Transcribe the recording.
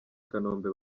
kanombe